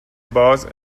باز